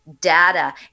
data